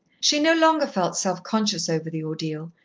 she no longer felt self-conscious over the ordeal,